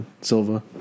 Silva